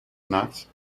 nuts